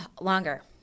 Longer